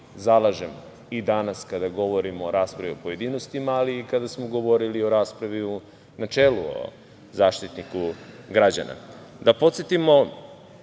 zalažemo i danas kada govorimo o raspravi u pojedinostima, ali i kada smo govorili o raspravi u načelu o Zaštitniku građana. Da podsetimo